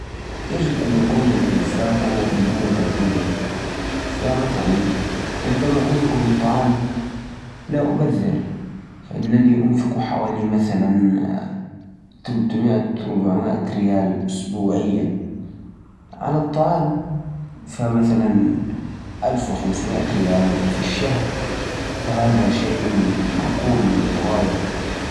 في مدينتي، أعتقد أن الشخص العادي ينفق حوالي ميتين إلى ثلاث ميه ريال سعودي على الطعام إسبوعياً. وهذا يعني تقريباً من ثمان ميه إلى الف وميتين ريال شهرياً. طبعاً، المبلغ يختلف حسب العادات الغذائية والمكان.